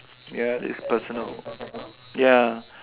ya it's personal ya